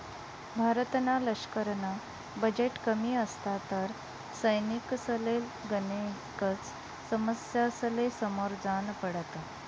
भारतना लशकरना बजेट कमी असता तर सैनिकसले गनेकच समस्यासले समोर जान पडत